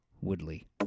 Woodley